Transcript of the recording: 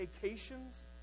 vacations